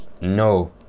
no